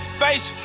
face